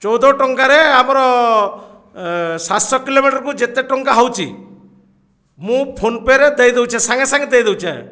ଚଉଦ ଟଙ୍କାରେ ଆମର ସାତଶ କିଲୋମିଟରକୁ ଯେତେ ଟଙ୍କା ହେଉଛି ମୁଁ ଫୋନ୍ପେରେ ଦେଇଦଉଛେ ସାଙ୍ଗେ ସାଙ୍ଗେ ଦେଇଦଉଛେ